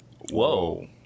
Whoa